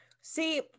See